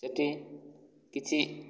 ସେଠି କିଛି